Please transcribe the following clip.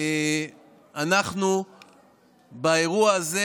אנחנו באירוע הזה,